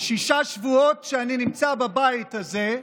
שישה שבועות אני נמצא בבית הזה,